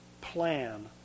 plan